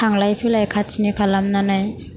थांलाय फैलाय खाथिनि खालामनानै